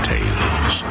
Tales